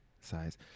size